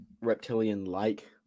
reptilian-like